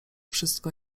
wszystko